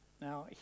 Now